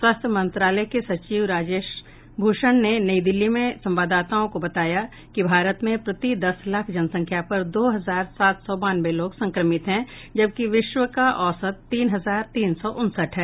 स्वास्थ्य मंत्रालय के सचिव राजेश भूषण ने नई दिल्ली में संवाददाताओं को बताया कि भारत में प्रति दस लाख जनसंख्या पर दो हजार सात सौ बानवे लोग संक्रमित हैं जबकि विश्व का औसत तीन हजार तीन सौ उनसठ है